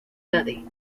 daddy